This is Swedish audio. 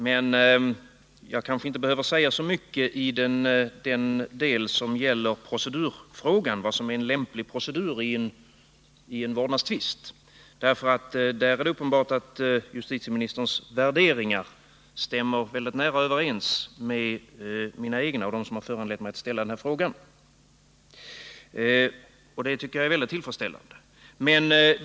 Men jag behöver kanske inte säga så mycket om den fråga som gäller vad som anses vara en lämplig procedur i en vårdnadstvist, för i det fallet är det uppenbart att justitieministerns värderingar stämmer mycket nära överens med mina egna. Det tycker jag är mycket tillfredsställande.